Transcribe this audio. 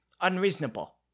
unreasonable